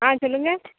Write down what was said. ஆ சொல்லுங்கள்